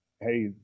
hey